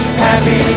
happy